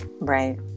Right